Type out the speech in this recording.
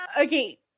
Okay